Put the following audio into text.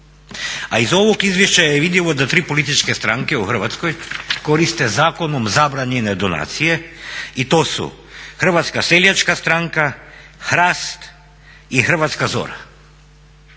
A iz ovog izvješća je vidljivo da tri političke stranke u Hrvatskoj koriste zakonom zabranjene donacije i to su Hrvatska seljačka stranka, Hrast i Hrvatska zora.